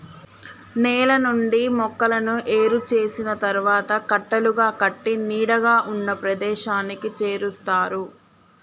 నేల నుండి మొక్కలను ఏరు చేసిన తరువాత కట్టలుగా కట్టి నీడగా ఉన్న ప్రదేశానికి చేరుస్తారు